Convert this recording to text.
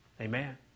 Amen